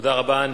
תודה רבה.